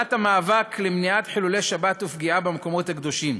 הובלת המאבק למניעת חילול שבת ופגיעה במקומות הקדושים.